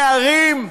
נערים,